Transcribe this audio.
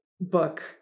book